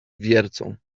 wiercą